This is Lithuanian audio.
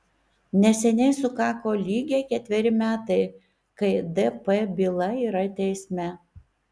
neseniai sukako lygiai ketveri metai kai dp byla yra teisme